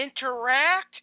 interact